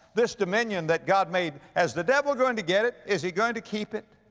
this dominion that god made. has the devil going to get it? is he going to keep it?